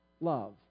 love